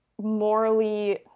morally